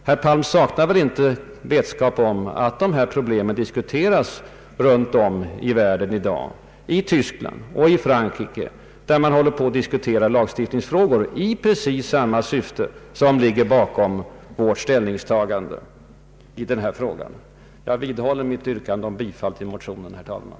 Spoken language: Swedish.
Herr Palm saknar väl inte vetskap om att dessa problem diskuteras runt om i världen i dag, i Tyskland och i Frankrike, där man håller på att dryfta lagstiftningsfrågor i det syfte som ligger bakom vårt ställningstagande. Jag vidhåller mitt yrkande om bifall till motionerna, herr talman.